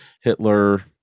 hitler